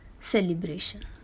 celebration